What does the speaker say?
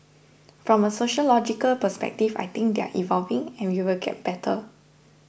from a sociological perspective I think they are evolving and we will get better